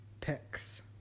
picks